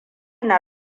na